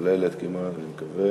כוללת כמעט, אני מקווה.